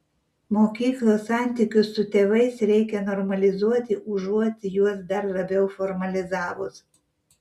mokyklos santykius su tėvais reikia normalizuoti užuot juos dar labiau formalizavus